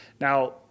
Now